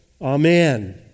Amen